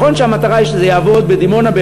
נכון שהמטרה היא שזה יעבוד בדימונה,